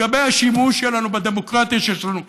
לגבי השימוש שלנו בדמוקרטיה שיש לנו,